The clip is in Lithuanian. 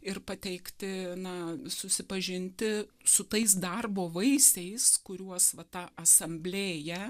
ir pateikti na susipažinti su tais darbo vaisiais kuriuos va ta asamblėja